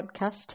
podcast